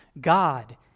God